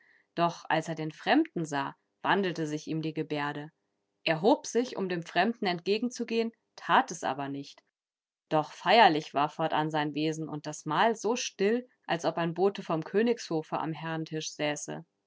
doch als er den fremden sah wandelte sich ihm die gebärde er hob sich um dem fremden entgegenzugehen tat es aber nicht doch feierlich war fortan sein wesen und das mahl so still als ob ein bote vom königshofe am herrentisch säße